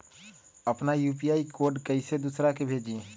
अपना यू.पी.आई के कोड कईसे दूसरा के भेजी?